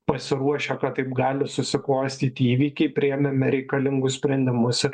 pasiruošę kad taip gali susiklostyti įvykiai priėmėme reikalingus sprendimus ir